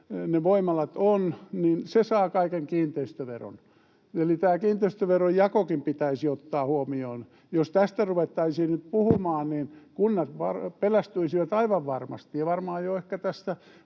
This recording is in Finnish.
ne voimalat ovat, saa kaiken kiinteistöveron. Eli tämä kiinteistöveron jakokin pitäisi ottaa huomioon. Jos tästä ruvettaisiin nyt puhumaan, niin kunnat pelästyisivät aivan varmasti, ja varmaan jo ehkä tästä